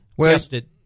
tested